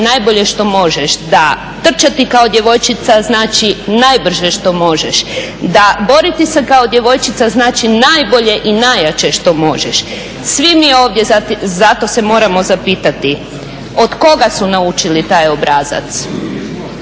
najbolje što možeš, da trčati kao djevojčica znači najbrže što možeš, da boriti se kao djevojčica znači najbolje i najjače što možeš. Svi mi ovdje zato se moramo zapitati od koga su naučili taj obrazac